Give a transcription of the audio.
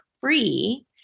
free